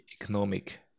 economic